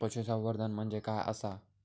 पशुसंवर्धन म्हणजे काय आसा?